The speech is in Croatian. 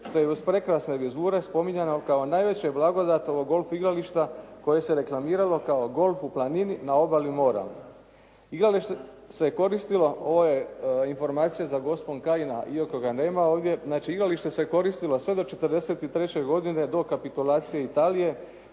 što je uz prekrasne vizure spominjano kao najveća blagodat ovog golf igrališta koje se reklamiralo kao golf u planini na obali mora. Igralište se koristilo, ovo je informacija za gospon Kajina iako ga nema ovdje, znači igralište se koristilo sve do 1943. godine do kapitulacije Italije